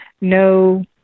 no